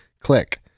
click